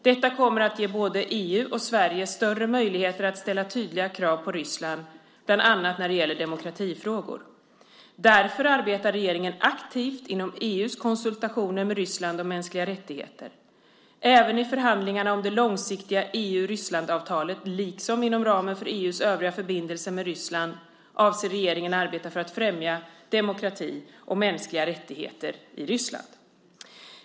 Detta kommer att ge både EU och Sverige större möjligheter att ställa tydliga krav på Ryssland, bland annat när det gäller demokratifrågor. Därför arbetar regeringen aktivt inom EU:s konsultationer med Ryssland om mänskliga rättigheter. Även i förhandlingarna om det nya långsiktiga EU-Ryssland-avtalet liksom inom ramen för EU:s övriga förbindelser med Ryssland avser regeringen att arbeta för att främja demokrati och mänskliga rättigheter i Ryssland.